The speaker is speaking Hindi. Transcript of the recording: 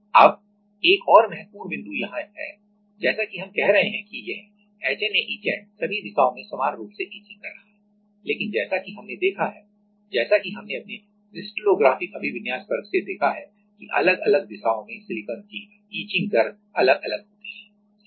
अब एक और महत्वपूर्ण बिंदु यहाँ है जैसा कि हम कह रहे हैं कि यह HNA etchant सभी दिशाओं में समान रूप से etching कर रहा है लेकिन जैसा कि हमने देखा है जैसा कि हमने अपने क्रिस्टलोग्राफिक अभिविन्यास वर्ग से देखा है कि अलग अलग दिशाओं में सिलिकॉन की etching दर अलग अलग होती है